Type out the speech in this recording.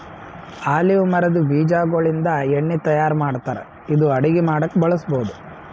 olive ಮರದ್ ಬೀಜಾಗೋಳಿಂದ ಎಣ್ಣಿ ತಯಾರ್ ಮಾಡ್ತಾರ್ ಇದು ಅಡಗಿ ಮಾಡಕ್ಕ್ ಬಳಸ್ಬಹುದ್